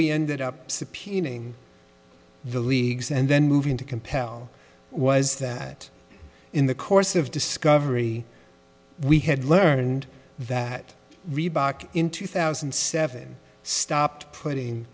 we ended up subpoenaing the leagues and then moving to compel was that in the course of discovery we had learned that reebok in two thousand and seven stopped putting